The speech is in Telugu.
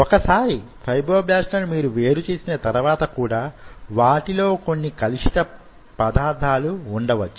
ఒక సారి ఫైబ్రోబ్లాస్ట్ లను మీరు వేరు చేసిన తరువాత కూడా వాటిలో కొన్ని కలుషిత పదార్థాలు వుండవచ్చు